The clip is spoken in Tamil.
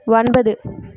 ஒன்பது